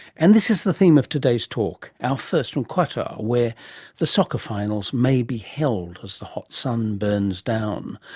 and this is the theme of today's talk our first from qatar, where the soccer finals may be held as the hot sun burns down.